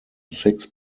six